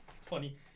funny